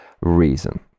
reason